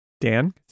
Dan